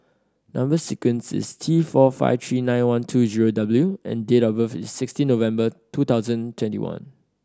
number sequence is T four five three nine one two zero W and date of birth is sixteen November two thousand twenty one